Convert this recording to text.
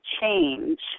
change